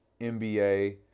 nba